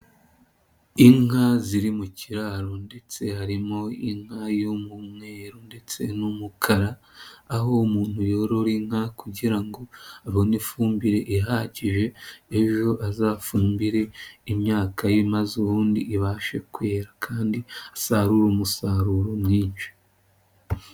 Inka ziri mu kiraro ndetse harimo inka y'umweru ndetse n'umukara, aho umuntu yorora inka kugira ngo abone ifumbire ihagije ejo azafugire imyaka ye maze ubundi ibashe kwera kandi asarure umusaruro mwinshi.